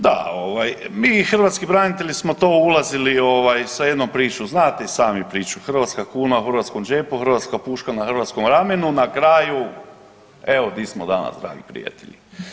Da ovaj mi hrvatski branitelji smo to ulazili sa jednom pričom, znate i sami priču hrvatska kuna u hrvatskom džepu, hrvatska puška na hrvatskom ramenu, na kraju evo gdje smo danas dragi prijatelji.